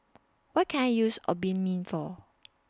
What Can I use Obimin For